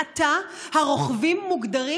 מעתה הרוכבים מוגדרים